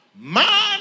man